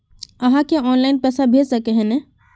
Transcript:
आहाँ के ऑनलाइन पैसा भेज सके है नय?